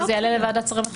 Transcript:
כשזה יעלה לוועדת שרים...